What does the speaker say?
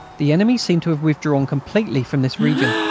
the enemy seemed to have withdrawn completely from this region,